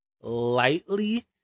lightly